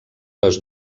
les